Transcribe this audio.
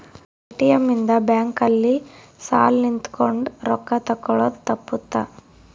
ATM ಇಂದ bank ಅಲ್ಲಿ ಸಾಲ್ ನಿಂತ್ಕೊಂಡ್ ರೊಕ್ಕ ತೆಕ್ಕೊಳೊದು ತಪ್ಪುತ್ತ